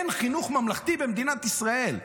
אין חינוך ממלכתי במדינת ישראל.